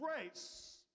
grace